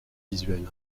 visuels